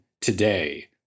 today